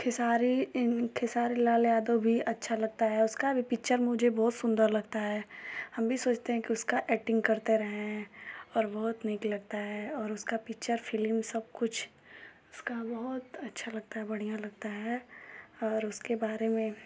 खेसारी खेसारी लाल यादव भी अच्छा लगता है उसका भी पिक्चर मुझे बहुत सुन्दर लगता है हम भी सोचते हैं की उसका एक्टिंग करते रहें और बहुत नीक लगता है और उसका पिक्चर फिलिम सब कुछ उसका बहुत अच्छा लगता है बढ़िया लगता है और उसके बारे में